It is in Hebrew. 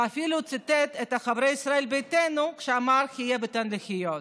ואפילו ציטט את חברי ישראל ביתנו כשאמר: חיה ותן לחיות,